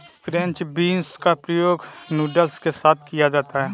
French beans का प्रयोग noodles के साथ किया जाता है